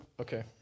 Okay